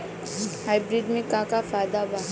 Hybrid से का का फायदा बा?